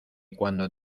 cuando